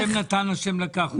השם נתן, השם לקח.